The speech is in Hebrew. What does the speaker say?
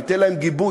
ייתן להן גיבוי,